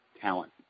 talent